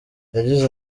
yagize